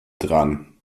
dran